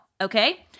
Okay